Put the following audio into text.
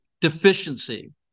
deficiency